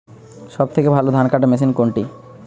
সবথেকে ভালো ধানকাটা মেশিন কোনটি?